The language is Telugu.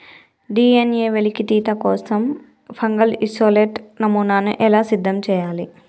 డి.ఎన్.ఎ వెలికితీత కోసం ఫంగల్ ఇసోలేట్ నమూనాను ఎలా సిద్ధం చెయ్యాలి?